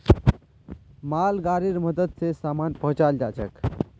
मालगाड़ीर मदद स सामान पहुचाल जाछेक